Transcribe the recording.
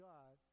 God